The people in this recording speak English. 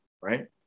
right